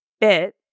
bit